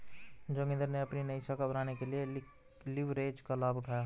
जोगिंदर ने अपनी नई शाखा बनाने के लिए लिवरेज का लाभ उठाया